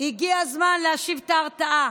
להשיב את ההרתעה